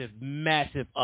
massive